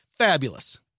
Fabulous